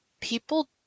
people